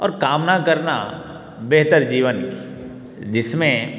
और कामना करना बेहतर जीवन की जिसमें